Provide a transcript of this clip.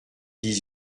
dix